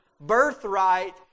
birthright